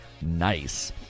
Nice